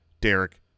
Derek